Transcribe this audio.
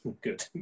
Good